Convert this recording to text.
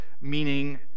meaning